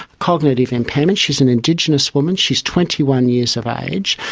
cognitive impairment, she is an indigenous woman, she is twenty one years of age,